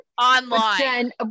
online